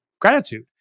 gratitude